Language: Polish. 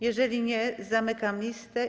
Jeżeli nie, zamykam listę.